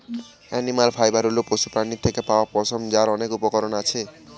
animal fibre হল পশুপ্রাণীর থেকে পাওয়া পশম, যার অনেক উপকরণ আছে